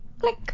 click